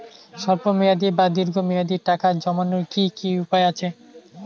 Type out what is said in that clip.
স্বল্প মেয়াদি বা দীর্ঘ মেয়াদি টাকা জমানোর কি কি উপায় আছে?